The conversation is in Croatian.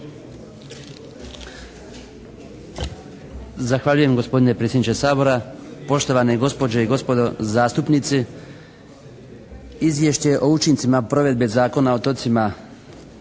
Zahvaljujem gospodine predsjedniče Sabora. Poštovane gospođe i gospodo zastupnici. Izvješće o učincima provedbe Zakona o otocima